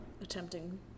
attempting